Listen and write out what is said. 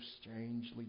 strangely